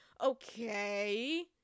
okay